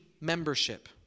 membership